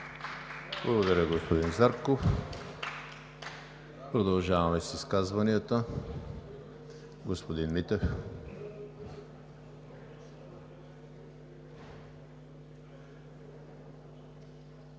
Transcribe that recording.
Благодаря, господин Зарков. Продължаваме с изказванията. Господин Митев. ХРИСТИАН